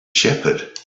shepherd